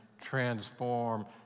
transform